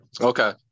Okay